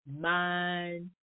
mind